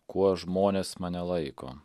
kuo žmonės mane laiko